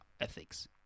ethics